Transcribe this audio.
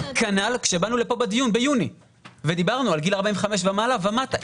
כנ"ל כשבאנו לפה לדיון ביוני ודיברנו על גיל 45 ומעלה ומטה,